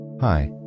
Hi